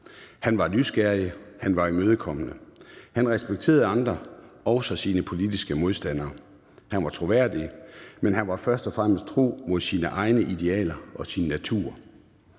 Han var nysgerrig, og han var imødekommende. Han respekterede andre, også sine politiske modstandere. Han var troværdig. Men han var først og fremmest tro mod sine egne idealer og sin natur.